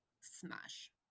Smash